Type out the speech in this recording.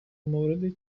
موردی